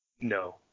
No